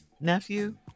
Nephew